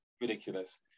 Ridiculous